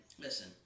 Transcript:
listen